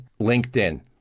LinkedIn